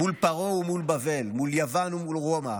מול פרעה ומול בבל, מול יוון ומול רומא,